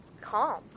calm